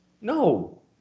No